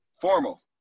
Formal